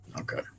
okay